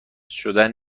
شدن